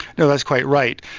no, that's quite right.